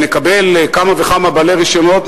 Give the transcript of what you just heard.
ונקבל כמה וכמה בעלי רשיונות,